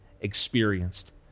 experienced